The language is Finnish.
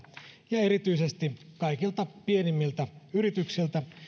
ja erityisesti kaikilta pienimmiltä yrityksiltä